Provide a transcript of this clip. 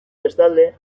bestalde